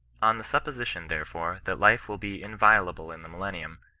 on the supposition, therefore, that life will be inviolable in the mulennium,